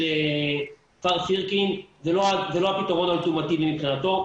כפר סירקין זה לא הפתרון האולטימטיבי מבחינתו.